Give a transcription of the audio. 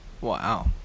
Wow